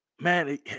Man